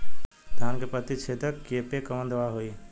धान के पत्ती छेदक कियेपे कवन दवाई होई?